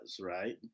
right